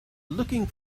looking